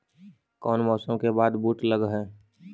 कोन मौसम के बाद बुट लग है?